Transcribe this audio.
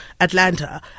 Atlanta